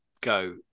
go